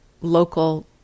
local